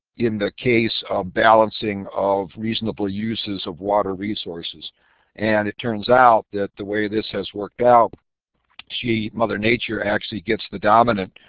in the case of balancing of reasonable uses of water resources and it turns out that the way this has worked out she, mother nature, actually gets the dominant